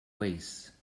vase